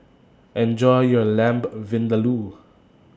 Enjoy your Lamb Vindaloo